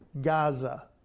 Gaza